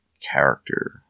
character